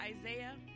Isaiah